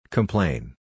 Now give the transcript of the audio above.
Complain